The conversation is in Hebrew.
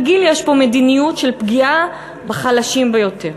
כרגיל, יש פה מדיניות של פגיעה בחלשים ביותר.